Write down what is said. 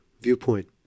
viewpoint